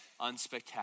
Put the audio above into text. unspectacular